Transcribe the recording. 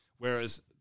Whereas